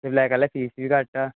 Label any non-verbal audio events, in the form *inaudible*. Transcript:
*unintelligible* ਕਰ ਲੈ ਫੀਸ ਵੀ ਘੱਟ ਆ